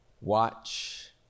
Watch